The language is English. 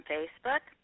Facebook